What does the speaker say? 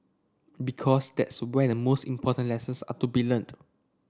because that's where the most important lessons are to be learnt